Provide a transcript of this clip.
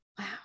Wow